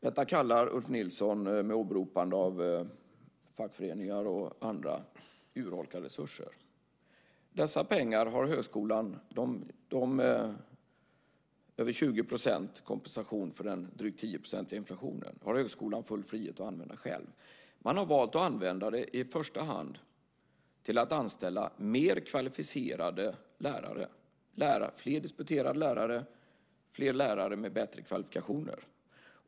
Detta kallar Ulf Nilsson med åberopande av fackföreningar och andra för urholkade resurser. Dessa pengar, de över 20 % i kompensation för den drygt tioprocentiga inflationen, har högskolan full frihet att använda själv. Man har valt att i första hand använda pengarna till att anställa mer kvalificerade lärare, fler disputerade lärare, fler lärare med bättre kvalifikationer.